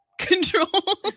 Control